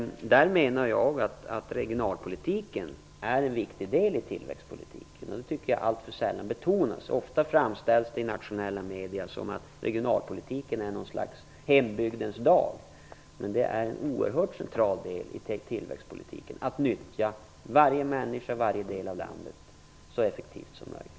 Där menar jag att regionalpolitiken är en viktig del i tillväxtpolitiken. Det tycker jag alltför sällan betonas. Ofta framställs regionalpolitikdebatten i nationella medier som ett slags hembygdens dag. Men det är en oerhört central del av tillväxtpolitiken att nyttja varje människa och varje del av landet så effektivt som möjligt.